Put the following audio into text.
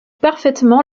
parfaitement